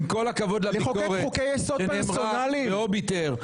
עם כל הכבוד לביקורת שנאמרה ב-אוביטר,